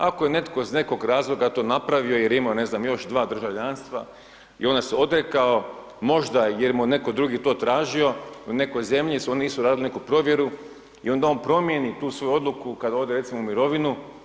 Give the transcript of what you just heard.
Ako je netko iz nekog razloga to napravio jer je imao ne znam još dva državljanstva i onda se odrekao možda jer mu je netko drugi to tražio u nekoj zemlji jer oni nisu radili neku provjeru i onda on promjeni tu svoju odluku kada ode recimo u mirovinu.